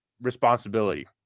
responsibility